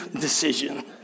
decision